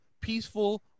peaceful